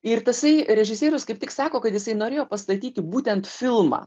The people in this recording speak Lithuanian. ir tasai režisierius kaip tik sako kad jisai norėjo pastatyti būtent filmą